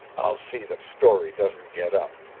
i'll see that storey doesn't get up.